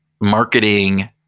marketing